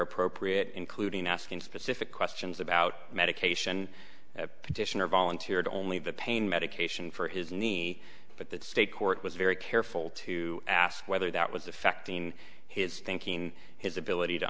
appropriate including asking specific questions about medication petitioner volunteered only the pain medication for his knee but that state court was very careful to ask whether that was affecting his thinking his ability to